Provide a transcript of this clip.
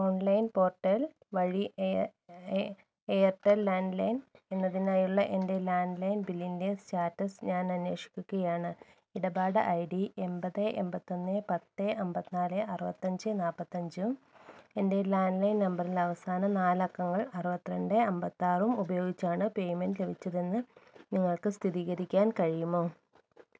online portal വഴി Airtel landline എന്നതിനായുള്ള എന്റെ ലാന്ഡ് ലൈൻ ബില്ലിന്റെ സ്റ്റാറ്റസ് ഞാനന്വേഷിക്കുകയാണ് ഇടപാട് ഐ ഡി എണ്പത് എണ്പത്തിയൊന്ന് പത്ത് അന്പത്തിനാല് അറുപത്തിയഞ്ച് നാല്പത്തിയഞ്ചും എന്റെ ലാൻഡ് ലൈൻ നമ്പറിനവസാന നാലക്കങ്ങൾ അറുപത്തിരണ്ട് അന്പത്തിയാറും ഉപയോഗിച്ചാണ് പേമെൻറ്റ് ലഭിച്ചതെന്നു നിങ്ങൾക്കു സ്ഥിരീകരിക്കാൻ കഴിയുമോ